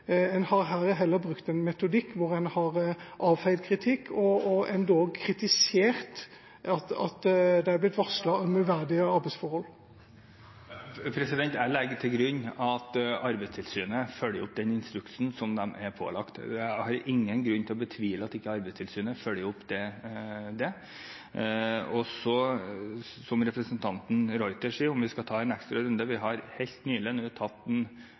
En har her heller brukt en metodikk hvor en har avfeid kritikk og endog kritisert at det er blitt varslet om uverdige arbeidsforhold. Jeg legger til grunn at Arbeidstilsynet følger opp den instruksen som de er pålagt. Jeg har ingen grunn til å betvile at Arbeidstilsynet følger opp det. Og så, som representanten de Ruiter sier – om vi skal ta en ekstra runde: Vi har helt nylig tatt